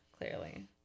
clearly